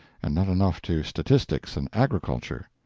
and not enough to statistics and agriculture.